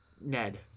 Ned